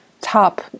top